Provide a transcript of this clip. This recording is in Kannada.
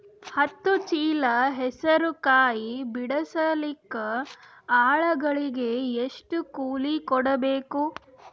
ಹತ್ತು ಚೀಲ ಹೆಸರು ಕಾಯಿ ಬಿಡಸಲಿಕ ಆಳಗಳಿಗೆ ಎಷ್ಟು ಕೂಲಿ ಕೊಡಬೇಕು?